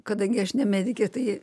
kadangi aš ne medikė tai